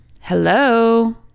Hello